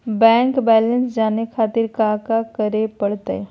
Bank balance जाने खातिर काका करे पड़तई?